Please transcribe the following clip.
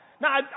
Now